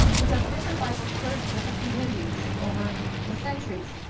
because different bibles served different communities over the centuries.